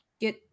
Get